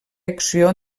acció